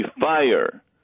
Fire